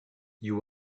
you